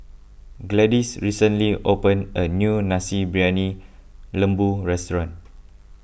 Gladis recently opened a new Nasi Briyani Lembu restaurant